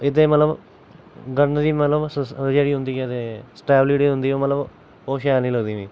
एह्दे मतलब गन दी मतलब ओह् जेह्ड़ी होंदी ऐ ते स्टैल जेह्ड़ी होंदी ऐ मतलब ओह् शैल नी लगदी मि